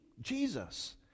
Jesus